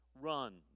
run